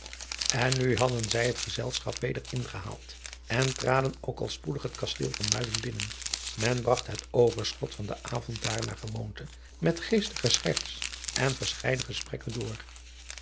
en nu hadden zij het gezelschap weder ingehaald en traden ook al spoedig het kasteel van muiden binnen men bragt het overschot van den avond daar naar gewoonte met geestige scherts en verscheiden gesprekken door